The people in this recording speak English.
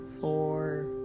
four